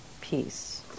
peace